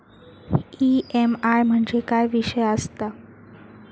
EMI म्हणजे काय विषय आसता?